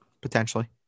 Potentially